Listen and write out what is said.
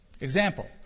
Example